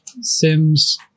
Sims